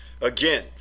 Again